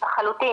לחלוטין.